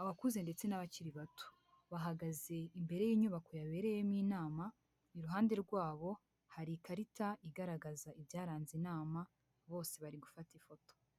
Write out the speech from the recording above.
abakuze ndetse n'abakiri bato. Bahagaze imbere y'inyubako yabereyemo inama, iruhande rwabo hari ikarita igaragaza ibyaranze inama bose bari gufata ifoto.